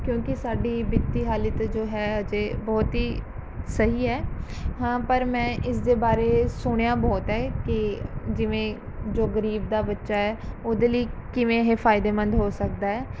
ਕਿਉਂਕਿ ਸਾਡੀ ਵਿੱਤੀ ਹਾਲਤ ਜੋ ਹੈ ਅਜੇ ਬਹੁਤ ਹੀ ਸਹੀ ਹੈ ਹਾਂ ਪਰ ਮੈਂ ਇਸਦੇ ਬਾਰੇ ਸੁਣਿਆ ਬਹੁਤ ਹੈ ਕਿ ਜਿਵੇਂ ਜੋ ਗਰੀਬ ਦਾ ਬੱਚਾ ਹੈ ਉਹਦੇ ਲਈ ਕਿਵੇਂ ਇਹ ਫਾਇਦੇਮੰਦ ਹੋ ਸਕਦਾ ਹੈ